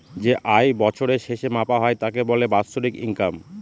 যে আয় বছরের শেষে মাপা হয় তাকে বলে বাৎসরিক ইনকাম